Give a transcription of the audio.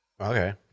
Okay